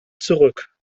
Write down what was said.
zurück